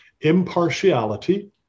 Impartiality